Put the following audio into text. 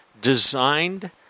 designed